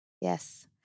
Yes